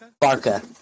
Barca